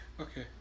Okay